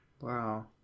wow